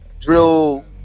drill